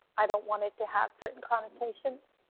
i don't want it to have certain connotations,